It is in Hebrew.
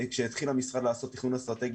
עת התחיל המשרד לעשות תכנון אסטרטגי